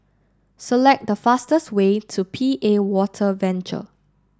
select the fastest way to P A Water Venture